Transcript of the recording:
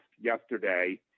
yesterday